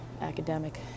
academic